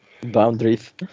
Boundaries